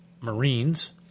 Marines